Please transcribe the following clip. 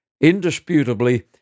Indisputably